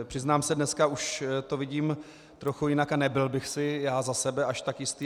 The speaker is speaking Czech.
Přiznám se, dneska už to vidím trochu jinak a nebyl bych si já za sebe až tak jistý.